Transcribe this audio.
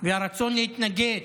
והרצון להתנגד,